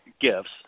gifts